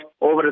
over